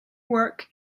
work